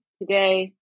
today